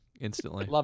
instantly